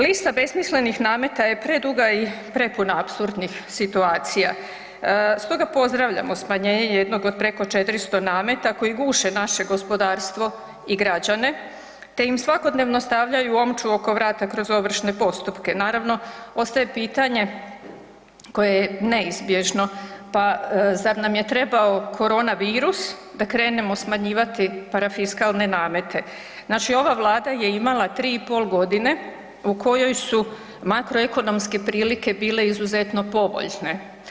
Lista besmislenih nameta je preduga i prepuna apsurdnih situacija, stoga pozdravljamo smanjenje jednog od preko 400-to nameta koji guše naše gospodarstvo i građane, te im svakodnevno stavljaju omču oko vrata kroz ovršne postupke, naravno ostaje pitanje koje je neizbježno, pa zar nam je trebao koronavirus da krenemo smanjivati parafiskalne namete, znači ova Vlada je imala tri i pol godine u kojoj su makroekonomske prilike bile izuzetno povoljne.